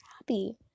happy